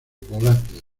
volátil